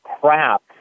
crap